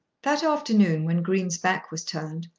that afternoon, when green's back was turned,